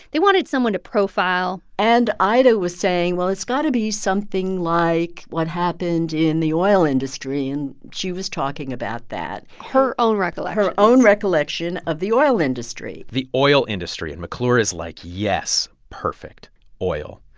they wanted someone to profile and ida was saying, well, it's gotta be something like what happened in the oil industry. and she was talking about that her own recollections her own recollection of the oil industry the oil industry and mcclure is like, yes, perfect oil.